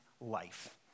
life